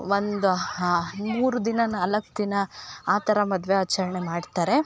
ಒಂದು ಮೂರು ದಿನ ನಾಲ್ಕು ದಿನ ಆ ಥರ ಮದುವೆ ಆಚರಣೆ ಮಾಡ್ತಾರೆ